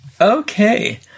Okay